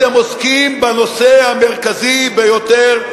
אתם עוסקים בנושא המרכזי ביותר,